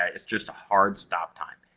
ah it's just a hard stop time.